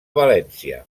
valència